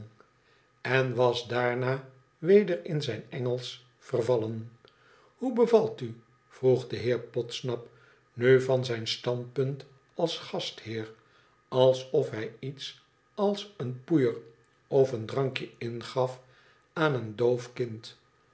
en was daarna weder in zijn engelsch vervallen hoe bevalt u vroeg de heer podsnap nu van zijn standpunt ab gastheer alsof hij iets als een poeier of een drankje ingaf aan een doof kind